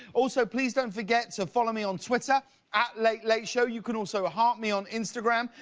also, please don't forget to follow me on twitter at late, late show. you can also heart me on instagram,